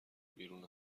بیرون